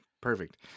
perfect